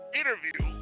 interview